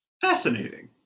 Fascinating